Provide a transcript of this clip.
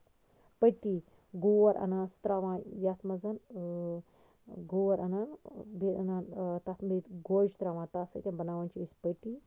پٔٹی گور اَنان سُہ تراوان یَتھ منٛز گور اَنان بیٚیہِ اَنان تَتھ منٛز گوجہِ تراوان تَتھ سۭتۍ بَناوان چھِ أسۍ پٔٹی